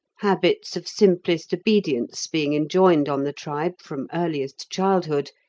habits of simplest obedience being enjoined on the tribe from earliest childhood,